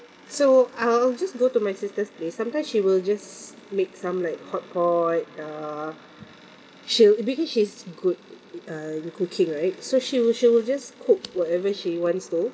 so I'll I'll just go to my sister's place sometimes she will just make some like hotpot uh she'll because she's good uh in cooking right so she will she will just cook whatever she wants to